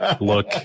look